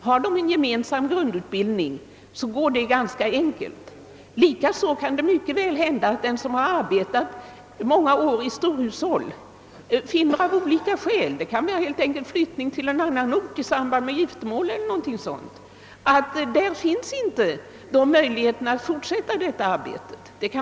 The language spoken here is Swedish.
Har de en gemensam grundutbildning blir detta ganska enkelt. Likaså kan det hända att en person som under många år arbetat i ett storhushåll av en eller annan orsak — t.ex. flyttning från ort i samband med giftermål eller hälsoskäl — inte kan fortsätta i det arbetet.